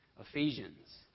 Ephesians